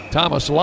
Thomas